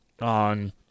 on